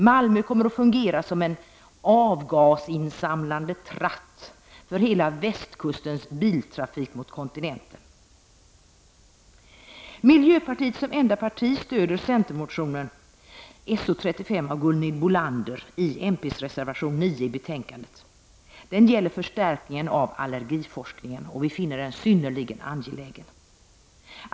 Malmö kommer att fungera som en avgasinsamlande tratt för hela västkustens biltrafik mot kontinenten. Miljöpartiet stöder som enda parti centermotionen §o35 av Gunhild Bolander i mp:s reservation 9 i betänkandet. Det gäller en förstärkning av allergiforskningen, som vi finner synnerligen angelägen.